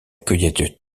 cueillette